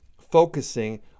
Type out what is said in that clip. focusing